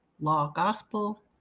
law-gospel